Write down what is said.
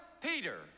Peter